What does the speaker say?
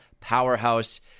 powerhouse